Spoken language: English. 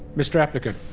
mr applicant,